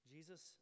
Jesus